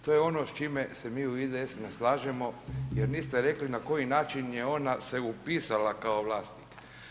To je ono s čime se mi u IDS-u ne slažemo jer niste rekli na koji način je ona se upisala kao vlasnik.